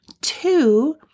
two